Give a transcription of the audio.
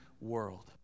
world